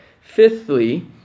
Fifthly